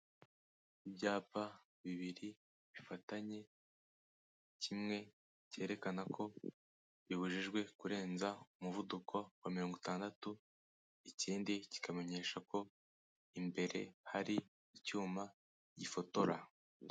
Ibyapa bibiri bifatanye, kimwe cyerekana ko bibujijwe kurenza umuvuduko wa mirongo itandatu, ikindi kikamenyesha ko imbere hari icyuma gifotora.